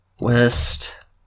west